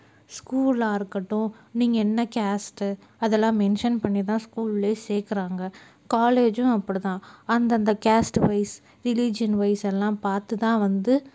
ஸ்கூலாக இருக்கட்டும் நீங்கள் என்ன கேஸ்ட்டு அதெலாம் மென்ஷன் பண்ணிதான் ஸ்கூலிலே சேர்க்குறாங்க காலேஜூலேயும் அப்படித்தான் அந்தந்த கேஸ்ட்வைஸ் ரிலிஜியன்வைஸ் எல்லாம் பார்த்துதான் வந்து